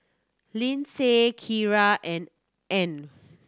Lyndsay Kyra and Arne